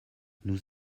nous